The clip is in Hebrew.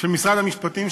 של משרד המשפטים,